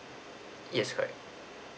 yes correct